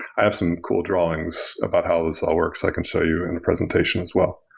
i have some cool drawings about how these all works. i can show you in a presentation as well.